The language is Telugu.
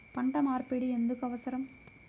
పంట మార్పిడి ఎందుకు అవసరం?